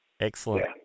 Excellent